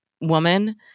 woman